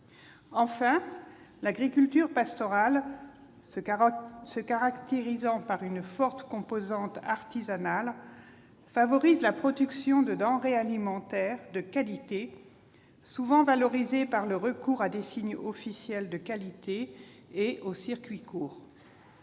Enfin, l'agriculture pastorale, caractérisée par une forte composante artisanale, favorise la production de denrées alimentaires de qualité, souvent valorisées par le recours à des signes officiels de qualité et aux circuits courts.